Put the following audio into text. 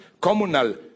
communal